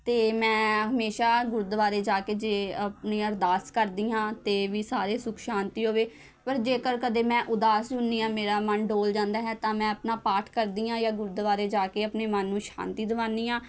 ਅਤੇ ਮੈਂ ਹਮੇਸ਼ਾ ਗੁਰਦੁਆਰੇ ਜਾ ਕੇ ਜੇ ਆਪਣੀ ਅਰਦਾਸ ਕਰਦੀ ਹਾਂ ਅਤੇ ਵੀ ਸਾਰੇ ਸੁੱਖ ਸ਼ਾਂਤੀ ਹੋਵੇ ਪਰ ਜੇਕਰ ਕਦੇ ਮੈਂ ਉਦਾਸ ਹੁੰਦੀ ਹਾਂ ਮੇਰਾ ਮਨ ਡੋਲ ਜਾਂਦਾ ਹੈ ਤਾਂ ਮੈਂ ਆਪਣਾ ਪਾਠ ਕਰਦੀ ਹਾਂ ਜਾਂ ਗੁਰਦੁਆਰੇ ਜਾ ਕੇ ਆਪਣੇ ਮਨ ਨੂੰ ਸ਼ਾਂਤੀ ਦਿਵਾਉਂਦੀ ਹਾਂ